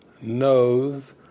knows